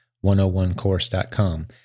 101course.com